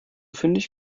fündig